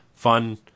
Fun